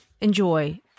enjoy